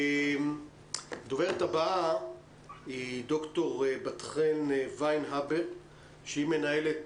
הדוברת הבאה היא ד"ר בת חן ויינהבר שהיא מנהלת